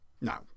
Now